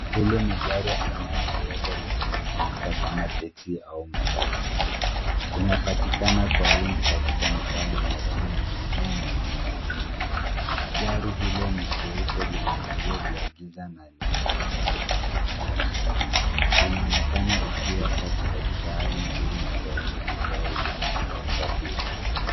Hili ni gari aina ya Toyota linalotumika kama teksi au matatu. Linapatikana kwa wingi katika mitaa ya Nairobi na maeneo mengine ya Kenya. Gari hilo ni jeupe, lina vioo vya giza na limeegezwa pembeni mwa barabara. Linaonekana ikiwa safi katika hali nzuri na tayari kutoa huduma ya usafiri.